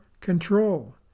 control